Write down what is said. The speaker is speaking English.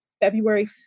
February